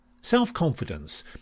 Self-confidence